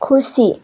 खुसी